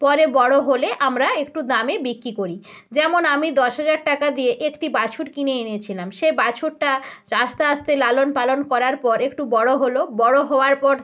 পরে বড়ো হলে আমরা একটু দামে বিক্রি করি যেমন আমি দশ হাজার টাকা দিয়ে একটি বাছুর কিনে এনেছিলাম সেই বাছুরটা আস্তে আস্তে লালন পালন করার পর একটু বড়ো হলো বড়ো হওয়ার পর